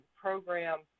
program